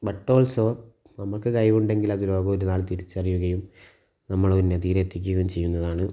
but also നമുക്ക് കഴിവുണ്ടെങ്കിൽ അത് ലോകം ഒരു നാൾ തിരിച്ചറിയുകയും നമ്മളെ ഉന്നതിയിലെത്തിക്കുകയും ചെയ്യുന്നതാണ്